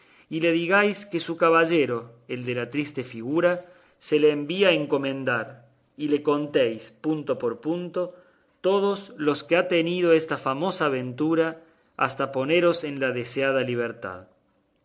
y le digáis que su caballero el de la triste figura se le envía a encomendar y le contéis punto por punto todos los que ha tenido esta famosa aventura hasta poneros en la deseada libertad